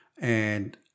And-